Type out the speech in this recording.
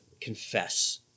confess